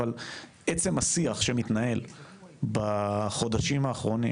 אבל עצם השיח שמתנהל בחודשים האחרונים